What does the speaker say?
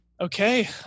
Okay